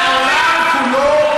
אנחנו אומרים.